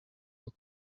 your